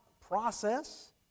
process